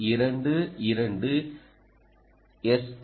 ஓ